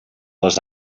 les